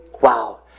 Wow